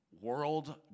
World